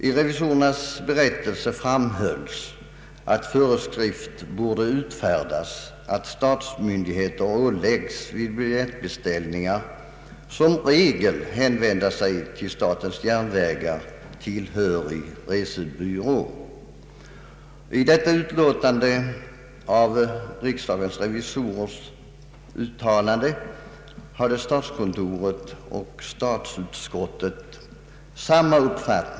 I revisorernas berättelse framhölls att allmänna föreskrifter borde utfärdas av innebörd att statsmyndigheterna åläggs att vid biljettbeställningar som regel hänvända sig till statens järnvägar tillhörig resebyrå. I detta riksdagens revisorers uttalande instämde statskontoret och statsutskottet.